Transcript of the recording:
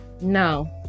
no